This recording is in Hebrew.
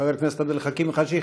חבר הכנסת עבד אל חכים חאג' יחיא,